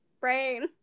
brain